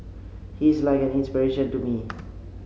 he's like an inspiration to me